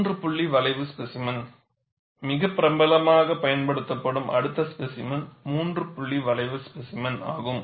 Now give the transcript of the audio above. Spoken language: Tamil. மூன்று புள்ளி வளைவு ஸ்பேசிமென் மிக பிரபலமாகப் பயன்படுத்தப்படும் அடுத்த ஸ்பேசிமென் மூன்று புள்ளி வளைவு ஸ்பேசிமென் ஆகும்